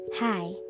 Hi